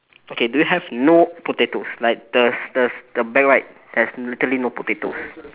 okay do you have no potatoes like the the the back right there's literally no potatoes